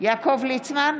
יעקב ליצמן,